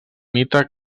mite